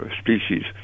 species